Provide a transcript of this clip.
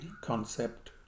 concept